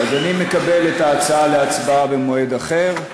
נעשה הצבעה במועד אחר.